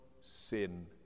sin